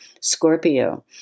Scorpio